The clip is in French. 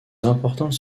importante